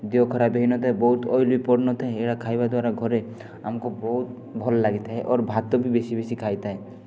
ଦେହ ଖରାପ ହୋଇନଥାଏ ବହୁତ ଅଏଲି ପଡ଼ିନଥାଏ ଏଗୁଡ଼ା ଖାଇବା ଦ୍ଵାରା ଆମକୁ ଘରେ ବହୁତ ଭଲ ଲାଗିଥାଏ ଅର ଭାତ ବି ବେଶୀ ବେଶୀ ଖାଇଥାଏ